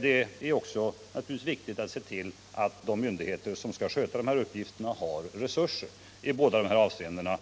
Det är naturligtvis också viktigt att se till, att de myndigheter som skall sköta uppgifterna har resurser. I båda de här avseendena